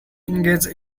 engage